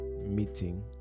meeting